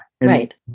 right